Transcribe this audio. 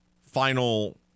Final